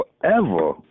forever